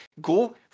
go